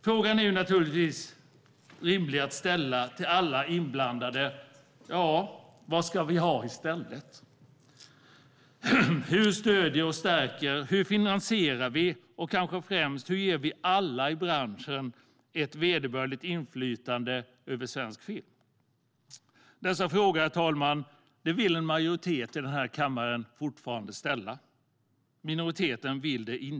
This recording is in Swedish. Frågan som naturligtvis är rimlig att ställa till alla inblandade är: Vad ska vi ha i stället, hur stöder och stärker vi, hur finansierar vi och, kanske främst, hur ger vi alla i branschen ett vederbörligt inflytande över svensk film? Dessa frågor, herr talman, vill en majoritet i denna kammare fortfarande ställa. Minoriteten vill inte göra det.